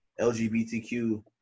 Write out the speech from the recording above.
LGBTQ